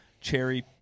cherry